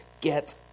get